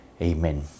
Amen